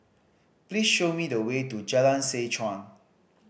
please show me the way to Jalan Seh Chuan